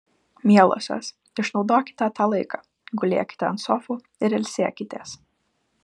mielosios išnaudokite tą laiką gulėkite ant sofų ir ilsėkitės